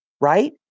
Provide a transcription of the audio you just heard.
right